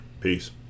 Peace